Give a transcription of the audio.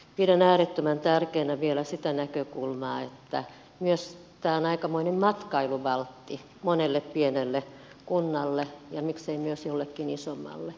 pidän äärettömän tärkeänä vielä sitä näkökulmaa että tämä on myös aikamoinen matkailuvaltti monelle pienelle kunnalle ja miksei myös jollekin isommalle